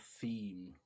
theme